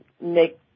make